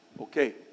Okay